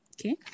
okay